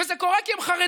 זה קורה כי הם חרדים,